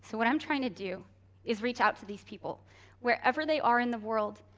so what i'm trying to do is reach out to these people wherever they are in the world,